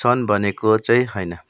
छन् भनेको चाहिँ होइन